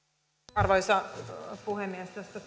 arvoisa puhemies tästä